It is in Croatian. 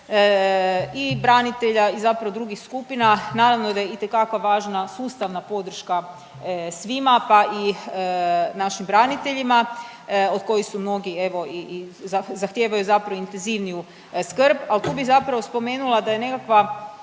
i branitelja i zapravo drugih skupina, naravno da je itekako važna sustavna podrška svima pa i našim braniteljima od kojih su mnogi evo i zahtijevaju zapravo intenzivniju skrb, al tu bi zapravo spomenula da je nekakva